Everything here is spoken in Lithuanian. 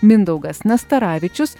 mindaugas nastaravičius